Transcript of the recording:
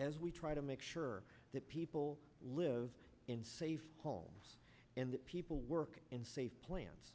as we try to make sure that people live in safe homes and people work in safe plants